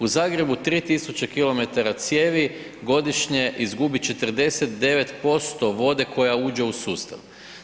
U Zagrebu 3000 km cijevi godišnje izgubi 49% vode koja uđe u sustav.